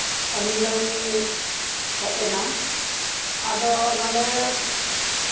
ᱠᱟᱹᱢᱤ ᱫᱚᱧ ᱦᱮᱡ ᱞᱮᱱᱟ ᱟᱫᱚ ᱱᱚᱰᱮ